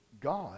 God